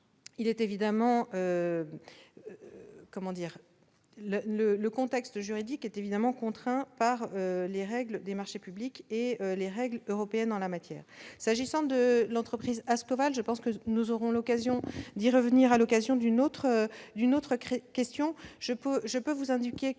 Le contexte juridique est néanmoins contraint par les règles des marchés publics et les règles européennes en la matière. S'agissant de l'entreprise Ascoval, sur laquelle nous aurons l'occasion de revenir à l'occasion d'une autre question,